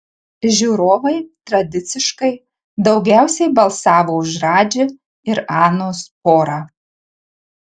žiūrovai tradiciškai daugiausiai balsavo už radži ir anos porą